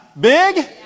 big